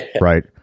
Right